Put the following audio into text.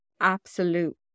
Absolute